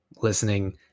listening